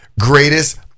greatest